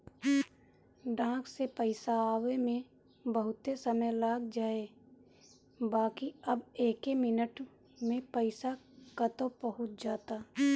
डाक से पईसा आवे में बहुते समय लाग जाए बाकि अब एके मिनट में पईसा कतो पहुंच जाता